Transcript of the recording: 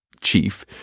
chief